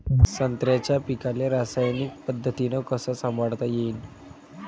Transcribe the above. संत्र्याच्या पीकाले रासायनिक पद्धतीनं कस संभाळता येईन?